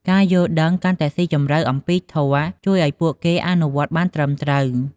ការយល់ដឹងកាន់តែស៊ីជម្រៅអំពីធម៌ ជួយឱ្យពួកគេអនុវត្តបានត្រឹមត្រូវ។